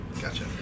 Gotcha